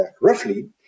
Roughly